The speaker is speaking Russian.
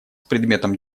предметом